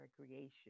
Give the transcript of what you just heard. recreation